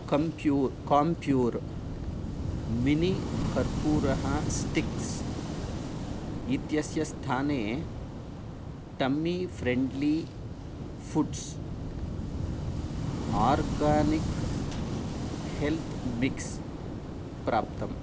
कम्फ्यूर् काम्प्यूर् मिनि कर्पूरः स्टिक्स् इत्यस्य स्थाने tummy friendly foods organic health mix प्राप्तम्